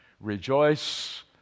rejoice